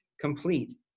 complete